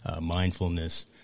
mindfulness